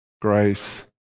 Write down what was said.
grace